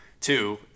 Two